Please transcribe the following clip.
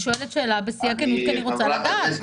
אני שואלת שאלה בכל הכנות, כי אני רוצה לדעת.